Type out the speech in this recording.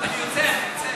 אני יוצא.